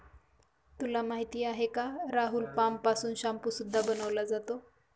तुला माहिती आहे का राहुल? पाम पासून शाम्पू सुद्धा बनवला जातो